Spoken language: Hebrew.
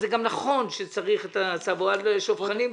זה גם נכון שצריך את הצו לשופכנים.